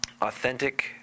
Authentic